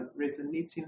resonating